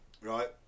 Right